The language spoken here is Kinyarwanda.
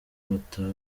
bataha